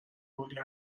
کلی